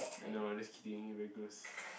I know I'm just kidding you very gross